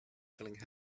feeling